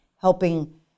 helping